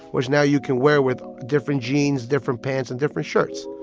which now you can wear with different jeans, different pants and different shirts